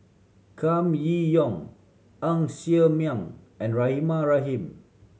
Kam Yi Yong Ng Ser Miang and Rahimah Rahim